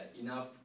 enough